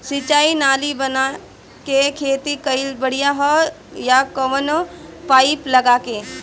सिंचाई नाली बना के खेती कईल बढ़िया ह या कवनो पाइप लगा के?